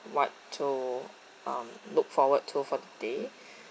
what to um look forward to for the day